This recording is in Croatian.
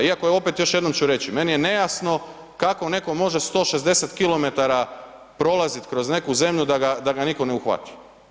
Iako je opet, još jednom ću reći, meni je nejasno kako netko može 160 km prolazit kroz neku zemlju da ga, da ga nitko ne uhvati.